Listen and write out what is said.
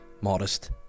Modest